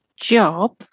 job